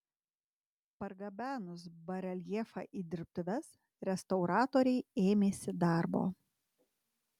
pergabenus bareljefą į dirbtuves restauratoriai ėmėsi darbo